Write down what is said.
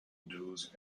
dues